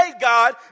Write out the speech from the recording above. God